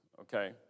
okay